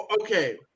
Okay